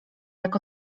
jak